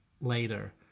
later